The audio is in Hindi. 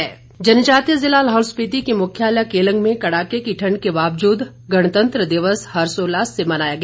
केलंग किन्नौर जनजातीय ज़िला लाहौल स्पिति के मुख्यालय केलंग में कड़ाके की ठंड के बावजूद गणतंत्र दिवस हर्षोल्लास से मनाया गया